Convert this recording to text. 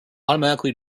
automatically